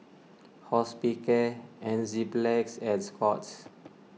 Hospicare Enzyplex and Scott's